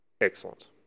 excellent